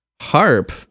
harp